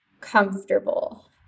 comfortable